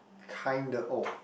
kinda oh